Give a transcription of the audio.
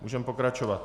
Můžeme pokračovat.